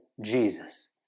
Jesus